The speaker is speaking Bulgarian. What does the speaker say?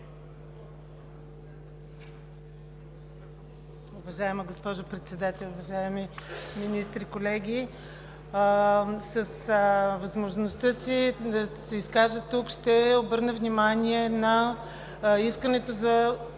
Уважаема госпожо Председател, уважаеми министри, колеги! С възможността си да се изкажа тук ще обърна внимание на искането за